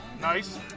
Nice